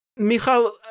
Michal